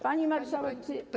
Pani marszałek, czy.